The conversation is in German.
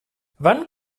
wann